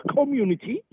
Community